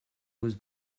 was